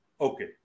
okay